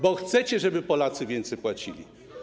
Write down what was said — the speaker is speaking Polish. Bo chcecie, żeby Polacy więcej płacili.